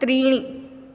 त्रीणि